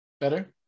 Better